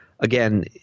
Again